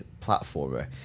platformer